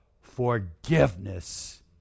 forgiveness